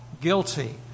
guilty